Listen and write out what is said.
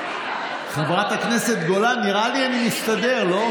חברת הכנסת גולן, נראה לי שאני מסתדר, לא?